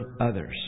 others